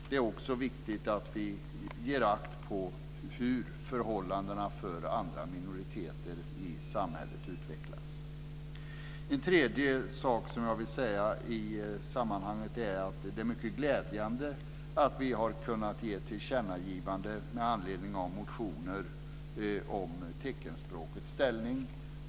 Det är också viktigt att vi ger akt på hur förhållandena för andra minoriteter i samhället utvecklas. Jag vill också säga att det är mycket glädjande att vi har kunnat göra tillkännagivanden med anledning av motioner om teckenspråkets ställning.